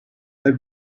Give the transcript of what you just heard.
let